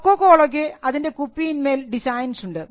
കൊക്കോകോളക്ക് അതിൻറെ കുപ്പിയിന്മേൽ ഡിസൈൻസ് ഉണ്ട്